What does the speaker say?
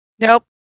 Nope